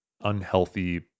unhealthy